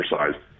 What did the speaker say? exercise